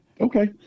Okay